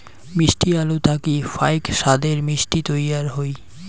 মিষ্টি আলু থাকি ফাইক সাদের মিষ্টি তৈয়ার হই